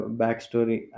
backstory